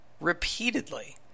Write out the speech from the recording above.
repeatedly